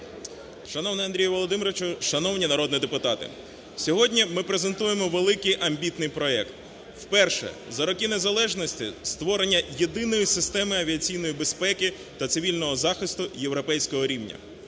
Шановний Андрій Володимирович, шановні народні депутати, сьогодні ми презентуємо великий амбітний проект вперше за роки незалежності – створення єдиної системи авіаційної безпеки та цивільного захисту європейського рівня.